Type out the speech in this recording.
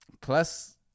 Plus